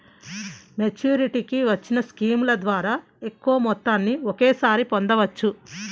మెచ్యూరిటీకి వచ్చిన స్కీముల ద్వారా ఎక్కువ మొత్తాన్ని ఒకేసారి పొందవచ్చు